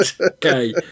Okay